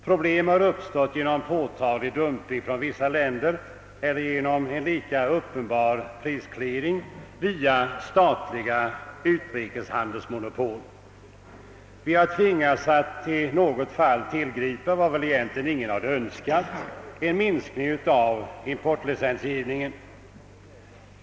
Problem har uppstått genom påtaglig dumping från vissa länder eller genom en lika uppenbar prisclearing via statliga utrikeshandelsmonopol. Vi har tvingats att i något fall tillgripa vad väl ingen hade önskat, nämligen en minskning av importlicensgivningen.